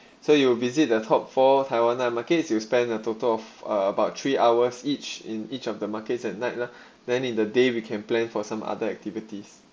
so you will visit the top four taiwan night markets you spent a total of uh about three hours each in each of the markets at night lah then in the day we can plan for some other activities